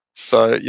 so, yeah